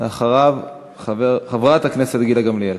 ואחריו, חברת הכנסת גילה גמליאל.